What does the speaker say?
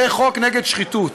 זה חוק נגד שחיתות,